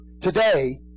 today